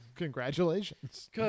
Congratulations